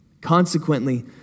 Consequently